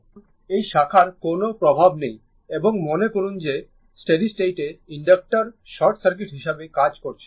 সুতরাং এই শাখার কোনও প্রভাব নেই এবং মনে করুন যে স্টেডি স্টেটে ইনডাক্টর শর্ট সার্কিট হিসাবে কাজ করছে